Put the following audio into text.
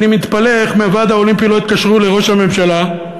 אני מתפלא איך מהוועד האולימפי לא התקשרו לראש הממשלה,